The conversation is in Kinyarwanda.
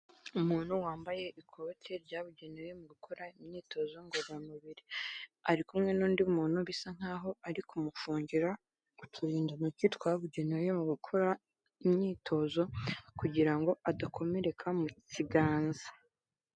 Umuntu wambaye ikote ryabugenewe mu gukora imyitozo ngororamubiri, ari kumwe n'undi muntu bisa nkaho ari kumufungira uturindantoki twabugenewe mu gukora imyitozo, kugira ngo adakomereka mu kiganza.